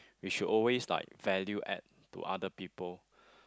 we should always like value add to other people